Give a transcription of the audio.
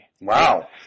Wow